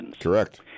correct